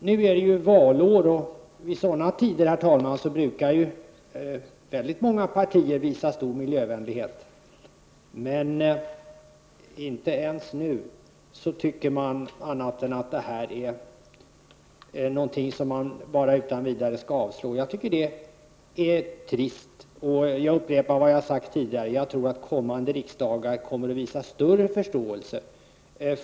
Nu är det ju valår, och i sådana tider brukar väldigt många partier visa stor miljövänlighet, men inte ens nu tycker man annat än att det här är någonting som kammaren utan vidare skall avslå. Jag tycker att det är trist, och jag upprepar vad jag sagt tidigare: Jag tror att kommande riksdagar kommer att visa större förståelse.